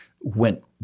went